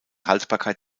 haltbarkeit